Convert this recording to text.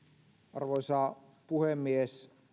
arvoisa puhemies